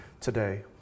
today